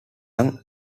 young